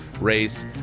race